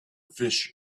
fish